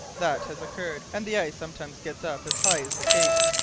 that has occurred, and the ice sometimes gets up as high as the cape,